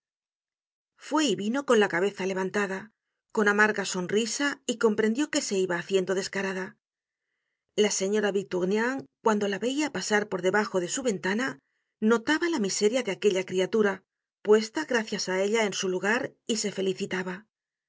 y vino con la cabeza levantada con amarga sonrisa y comprendió que se iba haciendo descarada la señora victurnien cuando la veia pasar por debajo de su ventana notaba la miseria de aquella criatura puesta gracias á ella en su lugar y se felicitaba